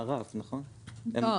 מה